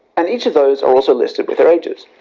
and each of those also listed with their ages.